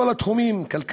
בכל התחומים: כלכלה,